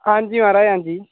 हां जी महाराज हां जी